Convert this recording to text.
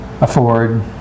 afford